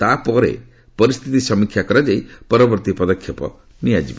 ତା'ପରେ ପରିସ୍ଥିତି ସମୀକ୍ଷା କରାଯାଇ ପରବର୍ତ୍ତୀ ପଦକ୍ଷେପ ନିଆଯିବ